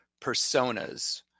personas